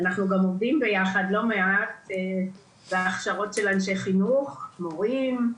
אנחנו גם עובדים ביחד לא מעט בהכשרות של אנשי חינוך מורים,